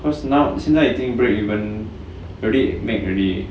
cause now 现在已经 break even already max already